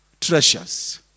treasures